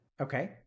Okay